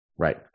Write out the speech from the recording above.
Right